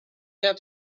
had